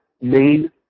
main